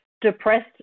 depressed